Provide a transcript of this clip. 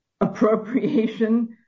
appropriation